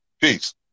Peace